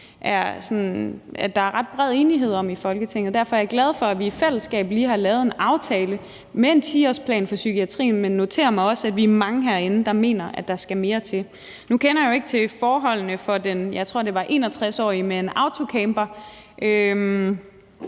er ret bred enighed om i Folketinget. Derfor er jeg glad for, at vi i fællesskab lige har lavet en aftale om en 10-årsplan for psykiatrien. Men jeg noterer mig også, at vi er mange herinde, der mener, at der skal mere til. Nu kender jeg jo ikke til forholdene for den, jeg tror det var en 61-årig med en autocamper,